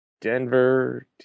denver